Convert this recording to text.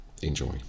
Enjoy